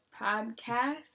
podcast